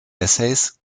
essays